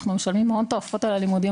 אנחנו משלמים הון תועפות על הלימודים,